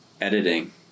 editing